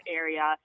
area